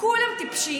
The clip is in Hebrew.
כולם טיפשים,